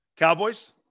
Cowboys